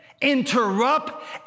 Interrupt